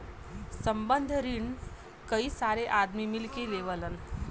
संबंद्ध रिन कई सारे आदमी मिल के लेवलन